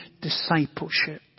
discipleship